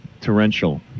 Torrential